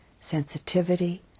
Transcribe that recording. sensitivity